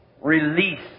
release